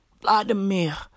Vladimir